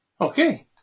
Okay